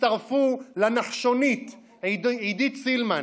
הצטרפו לנחשונית עידית סילמן.